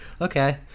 okay